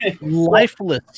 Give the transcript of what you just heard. lifeless